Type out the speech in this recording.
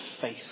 faith